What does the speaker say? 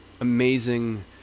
amazing